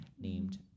named